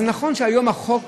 נכון שהיום החוק